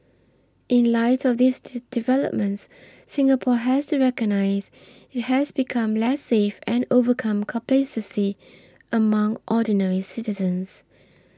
in light of these developments Singapore has to recognise it has become less safe and overcome complacency among ordinary citizens